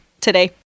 today